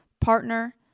partner